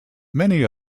many